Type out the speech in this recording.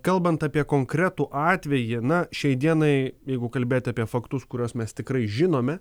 kalbant apie konkretų atvejį na šiai dienai jeigu kalbėti apie faktus kuriuos mes tikrai žinome